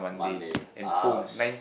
Monday !ouch!